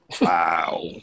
wow